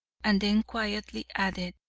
and then quietly added,